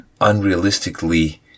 unrealistically